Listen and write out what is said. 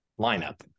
lineup